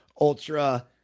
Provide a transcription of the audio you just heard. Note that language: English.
Ultra